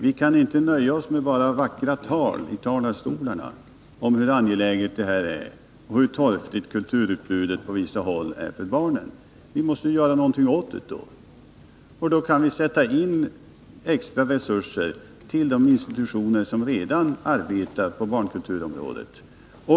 Vi kan inte nöja oss med bara vackra tal från talarstolarna om hur angeläget detta är och hur torftigt kulturutbudet för barnen är på vissa håll. Vi måste göra någonting åt det. Då kan vi sätta in extra resurser till de institutioner som redan arbetar på barnkulturområdet.